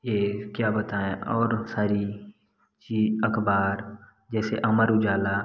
ये क्या बताऍं और सारी ये अख़बार जैसे अमर उजाला